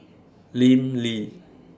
Lim Lee